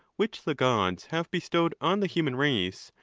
which the gods have bestowed on the human race,